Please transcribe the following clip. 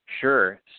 Sure